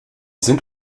sind